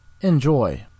Enjoy